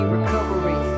Recovery